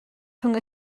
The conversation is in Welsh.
rhwng